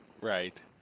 Right